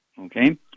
okay